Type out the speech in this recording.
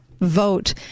vote